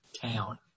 town